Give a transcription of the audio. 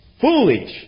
foolish